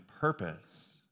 purpose